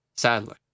Sadly